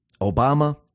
Obama